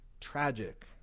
Tragic